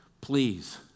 please